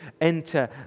enter